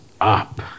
up